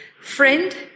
Friend